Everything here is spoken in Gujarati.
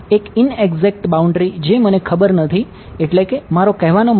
એક ઇનએક્ઝેક્ટ બાઉન્ડ્રી છે